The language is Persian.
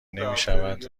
نمیشود